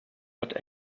but